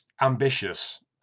ambitious